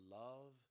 love